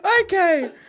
Okay